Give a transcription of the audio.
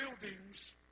buildings